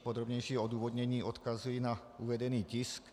Podrobnější odůvodnění odkazuji na uvedený tisk.